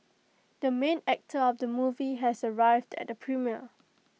the main actor of the movie has arrived at the premiere